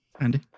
andy